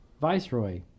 Viceroy